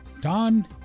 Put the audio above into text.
Don